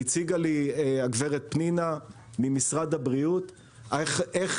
הציגה לי גברת פנינה ממשרד הבריאות איך